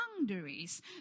boundaries